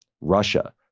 Russia